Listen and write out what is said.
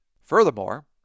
Furthermore